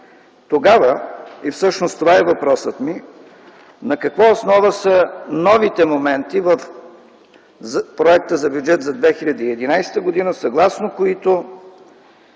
финансиране. Всъщност затова е въпросът ми: на каква основа са новите моменти в проекта за бюджет за 2011 г., съгласно които